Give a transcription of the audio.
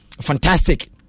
Fantastic